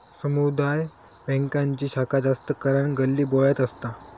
समुदाय बॅन्कांची शाखा जास्त करान गल्लीबोळ्यात असता